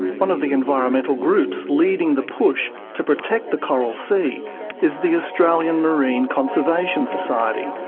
one of the environmental groups leading the push to protect the coral sea is the australian marine conservation society,